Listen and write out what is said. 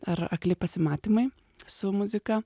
ar akli pasimatymai su muzika